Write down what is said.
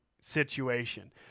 situation